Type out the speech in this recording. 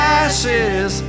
ashes